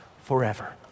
forever